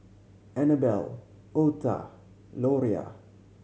Annabel Otha Loria